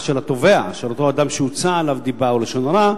אותו אדם שהוצאה עליו דיבה או לשון הרע,